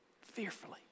Fearfully